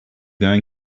going